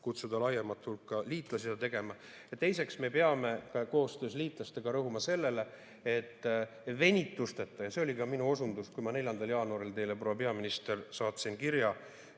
kutsuda laiemat hulka liitlasi seda tegema. Teiseks, me peame koostöös liitlastega rõhuma sellele, et venitusteta – see oli ka minu osundus, kui ma 4. jaanuaril teile, proua peaminister, saatsin kirja